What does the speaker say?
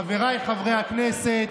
חבריי חברי הכנסת.